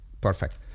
Perfect